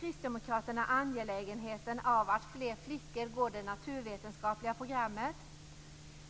Kristdemokraterna stöder angelägenheten av att fler flickor går det naturvetenskapliga programmet.